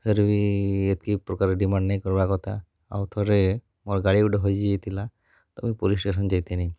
ଫିର୍ ବି ଏତ୍କି ପ୍ରକାର୍ ଡିମାଣ୍ଡ୍ ନେଇଁ କର୍ବା କଥା ଆଉ ଥରେ ମୋର୍ ଗାଡ଼ି ଗୁଟେ୍ ହଜିଯାଇଥିଲା ତ ପୋଲିସ୍ ଷ୍ଟେସନ୍ ଯାଇଁଥିନି